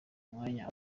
umwanya